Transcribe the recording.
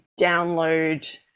download